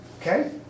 Okay